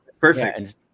perfect